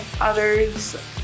others